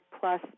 plus